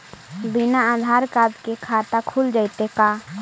बिना आधार कार्ड के खाता खुल जइतै का?